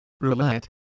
roulette